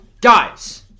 guys